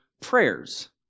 prayers